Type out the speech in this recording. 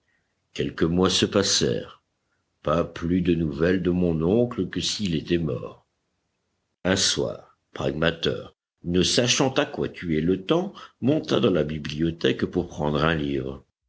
quelques mois se passèrent pas plus de nouvelles de mon oncle que s'il était mort un soir pragmater ne sachant à quoi tuer le temps monta dans la bibliothèque pour prendre un livre